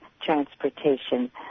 transportation